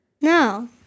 No